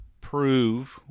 prove